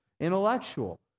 intellectual